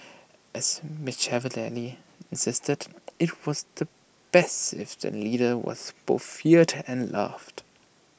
as Machiavelli insisted IT was the best if the leader was both feared and loved